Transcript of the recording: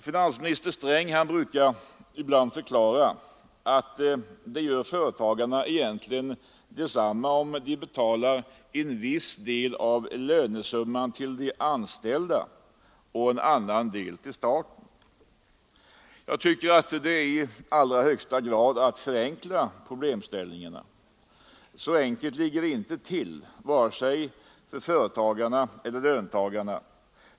Finansminister Sträng brukar ibland förklara att det gör företagarna detsamma om de betalar en viss del av lönesumman till de anställda och en annan del till staten. Det tycker jag är att i högsta grad förenkla problemställningarna. Så enkelt ligger det inte till för vare sig företagare eller löntagare.